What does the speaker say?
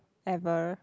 ever